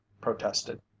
protested